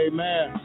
Amen